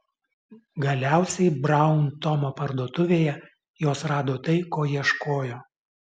galiausiai braun tomo parduotuvėje jos rado tai ko ieškojo